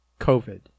COVID